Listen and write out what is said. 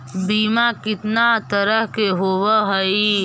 बीमा कितना तरह के होव हइ?